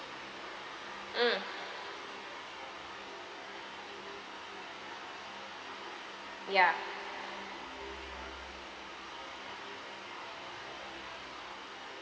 mm ya